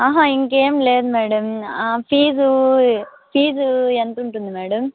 ఆహా ఇంకేం లేదు మేడం ఫీజు ఫీజు ఎంతుంటుంది మేడం